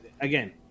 again